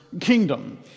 kingdom